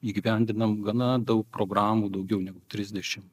įgyvendinam gana daug programų daugiau negu trisdešimt